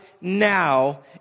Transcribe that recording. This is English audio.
now